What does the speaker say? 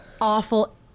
awful